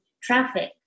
traffic